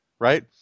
right